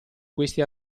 questi